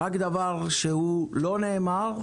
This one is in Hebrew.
רק דבר שלא נאמר,